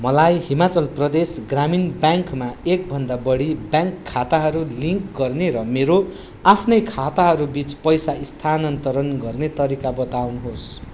मलाई हिमाचल प्रदेश ग्रामीण ब्याङ्कमा एकभन्दा बढी ब्याङ्क खाताहरू लिङ्क गर्ने र मेरो आफ्नै खाताहरू बिच पैसा स्थानान्तरण गर्ने तरिका बताउनुहोस्